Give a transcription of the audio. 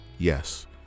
Yes